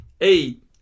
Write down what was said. eight